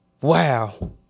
wow